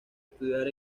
estudiar